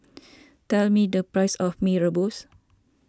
tell me the price of Mee Rebus